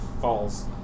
falls